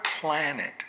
planet